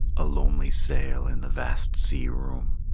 a lonely sail in the vast sea-room,